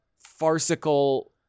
farcical